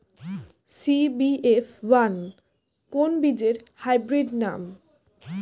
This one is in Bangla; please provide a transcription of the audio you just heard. সি.বি.এফ ওয়ান কোন বীজের হাইব্রিড নাম?